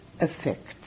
effect